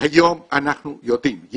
היום אנחנו יודעים,